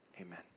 Amen